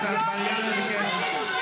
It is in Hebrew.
אי-אפשר לשמוע אותך.